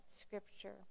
scripture